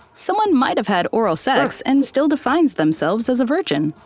someone might have had oral sex and still defines themselves as a virgin.